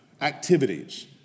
activities